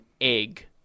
egg